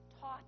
taught